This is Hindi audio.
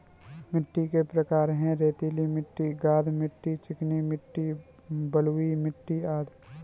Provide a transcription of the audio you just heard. मिट्टी के प्रकार हैं, रेतीली मिट्टी, गाद मिट्टी, चिकनी मिट्टी, बलुई मिट्टी अदि